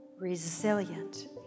resilient